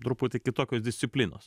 truputį kitokios disciplinos